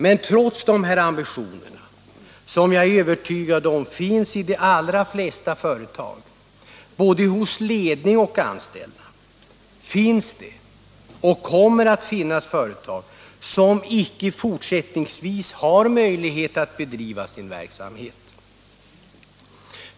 Men trots dessa ambitioner — som jag är övertygad om finns i de allra flesta företag, både hos ledning och anställda — finns det och kommer det att finnas företag som icke fortsättningsvis har möjlighet att bedriva sin verksamhet.